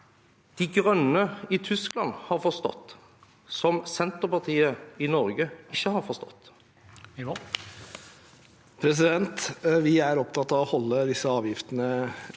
De Grønne i Tyskland har forstått som Senterpartiet i Norge ikke har forstått?